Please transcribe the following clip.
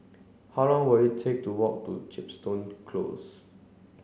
how long will it take to walk to Chepstow Close